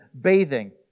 bathing